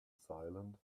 silent